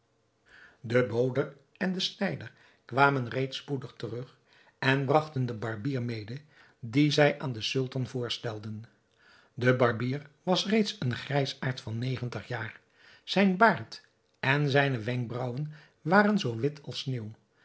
de bode en de snijder kwamen reeds spoedig terug en bragten den barbier mede dien zij aan den sultan voorstelden de barbier was reeds een grijsaard van negentig jaar zijn baard en zijne wenkbraauwen waren zoo wit als sneeuw